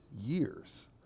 years